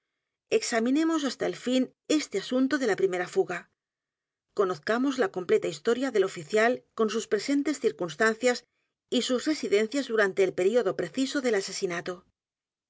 examinemos hasta el fin este asunto de la primera fuga conozcamos la completa historia del oficial con sus presentes circunstancias y sus residencias durante el período preciso del asesinato